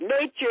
Nature